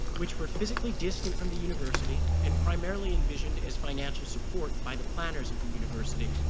which were physically distant from the university and primarily envisioned as financial support by the planners of the university,